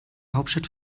hauptstadt